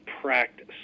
practice